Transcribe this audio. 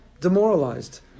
demoralized